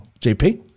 JP